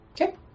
Okay